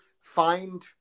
find